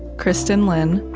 kristin lin,